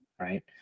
right